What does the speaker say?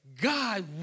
God